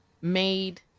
made